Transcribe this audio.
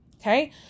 Okay